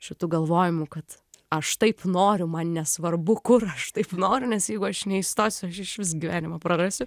šitų galvojimu kad aš taip noriu man nesvarbu kur aš taip noriu nes jeigu aš neįstosiu išvis gyvenimą prarasiu